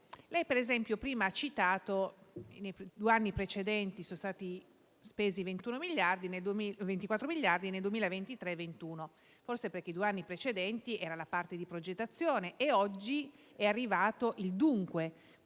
Lei, per esempio, ha ricordato prima che nei due anni precedenti sono stati spesi 24 miliardi e 21 nel 2023, forse perché nei due anni precedenti c'era la parte di progettazione e oggi è arrivato il dunque,